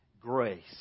Grace